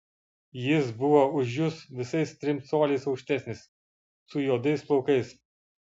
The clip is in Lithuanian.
jis buvo už jus visais trim coliais aukštesnis su juodais plaukais